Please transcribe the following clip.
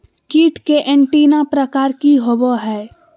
कीट के एंटीना प्रकार कि होवय हैय?